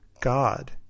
God